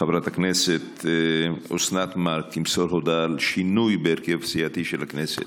חברת הכנסת אוסנת מארק תמסור הודעה על שינוי בהרכב הסיעתי של הכנסת.